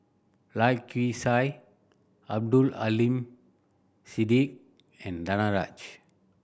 Lai Kew Chai Abdul Aleem Siddique and Danaraj